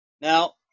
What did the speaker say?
Now